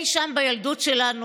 אי שם בילדות שלנו,